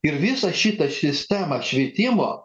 ir visą šitą sistemą švietimo